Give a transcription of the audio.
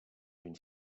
d’une